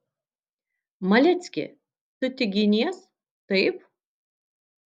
malecki tu tik ginies taip